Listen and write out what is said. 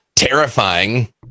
terrifying